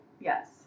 Yes